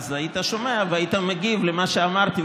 היית שומע והיית מגיב על מה שאמרתי,